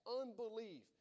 unbelief